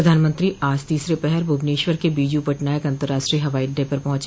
प्रधानमंत्री आज तीसरे पहर भुवनेश्वर के बीजू पटनायक अंतराष्ट्रीय हवाईअड्डे पर पहुंच